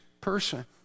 person